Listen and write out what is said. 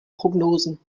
prognosen